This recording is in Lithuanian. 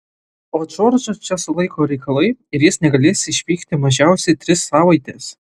o džordžą čia sulaiko reikalai ir jis negalės išvykti mažiausiai tris savaites